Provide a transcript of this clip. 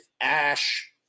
Ash